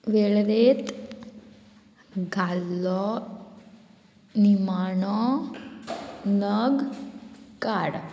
वेळेंरेत घाल्लो निमाणो नग काड